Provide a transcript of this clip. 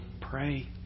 pray